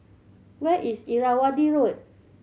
where is Irrawaddy Road